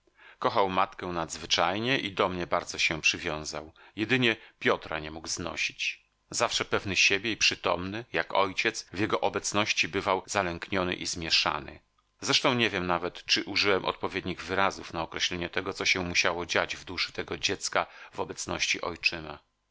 kochał matkę nadzwyczajnie i do mnie bardzo się przywiązał jedynie piotra nie mógł znosić zawsze pewny siebie i przytomny jak ojciec w jego obecności bywał zalękniony i zmieszany zresztą nie wiem nawet czy użyłem odpowiednich wyrazów na określenie tego co się musiało dziać w duszy tego dziecka w obecności ojczyma